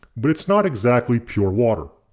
but it's not exactly pure water.